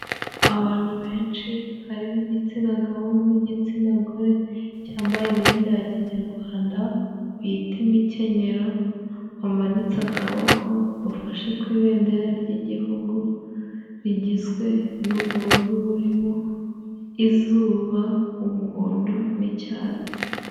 Abantu benshi harimo igitsina gabo n'igitsina gore cyambaye imyenda ya kinyarwanda bita imikenyero, bamanitse akaboko, bafashe ku ibendera ry'igihugu, rigizwe n'ubururu burimo izuba, umuhondo n'icyatsi.